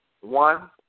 One